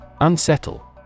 unsettle